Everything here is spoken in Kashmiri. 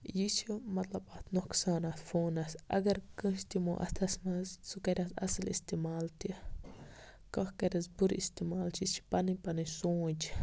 یہِ چھُ مَطلَب اتھ نۄقصان اتھ فونَس اگر کٲنٛسہِ دِمو اتھَس مَنٛز سُہ کَرِ اتھ اصل اِستعمال تہِ کانٛہہ کَریٚس بُرٕ اِستعمال یہِ چھِ پَیی پَنٕنۍ پَنٕنۍ سونٛچ